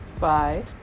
Bye